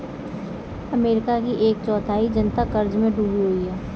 America की एक चौथाई जनता क़र्ज़ में डूबी हुई है